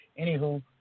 anywho